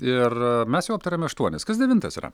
ir mes jau aptarėme aštuonis kas devintas yra